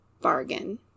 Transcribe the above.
bargain